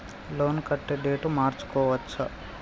Loan కట్టే date మార్చుకోవచ్చా?